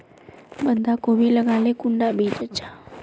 बंधाकोबी लगाले कुंडा बीज अच्छा?